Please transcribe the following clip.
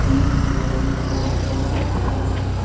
ডিম এর ওপর কোনো ও ছাড়